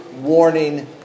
warning